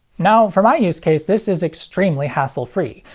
now for my use case, this is extremely hassle free.